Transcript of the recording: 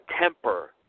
temper